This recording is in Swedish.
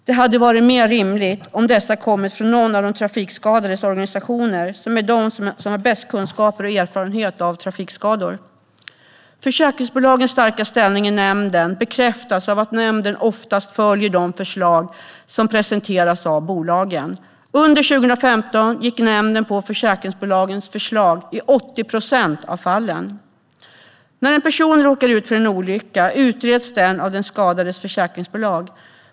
Det hade varit mer rimligt om de kommit från någon av de trafikskadades organisationer, som är de som har bäst kunskap och erfarenhet av trafikskador. Försäkringsbolagens starka ställning i nämnden bekräftas av att nämnden oftast följer de förslag som presenteras av bolagen. Under 2015 gick nämnden på försäkringsbolagens förslag i 80 procent av fallen. När en person råkar ut för en olycka utreds han eller hon av den skadades försäkringsbolag.